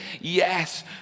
Yes